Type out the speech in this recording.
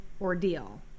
ordeal